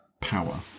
power